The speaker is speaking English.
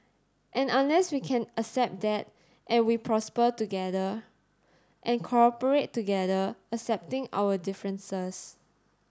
and unless we can accept that and we prosper together and cooperate together accepting our differences